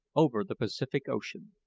over the pacific ocean.